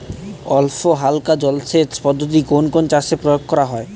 অল্পহালকা জলসেচ পদ্ধতি কোন কোন চাষে প্রয়োগ করা হয়?